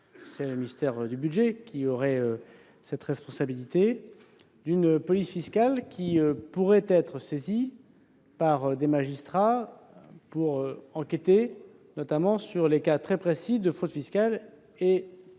Le ministère du budget aurait la responsabilité de cette police fiscale, qui pourrait être saisie par des magistrats pour enquêter notamment sur les cas très précis de fraude fiscale,